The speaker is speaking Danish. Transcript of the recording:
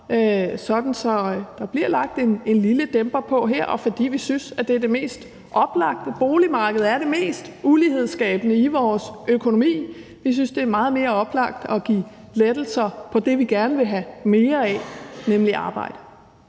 sådan at der bliver lagt en lille dæmper på her, og fordi vi synes, at det er det mest oplagte. Boligmarkedet er det mest ulighedsskabende i vores økonomi, og vi synes, det er meget mere oplagt at give lettelser på det, vi gerne vil have mere af, nemlig arbejde.